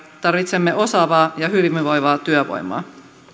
tarvitsemme osaavaa ja hyvinvoivaa työvoimaa